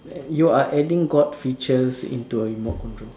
you are adding god features into a remote control